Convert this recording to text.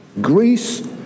Greece